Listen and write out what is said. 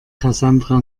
cassandra